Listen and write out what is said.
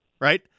right